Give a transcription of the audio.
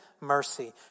mercy